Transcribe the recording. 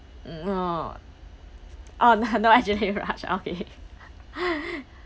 mm no oh no no adrenaline rush okay